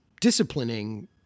disciplining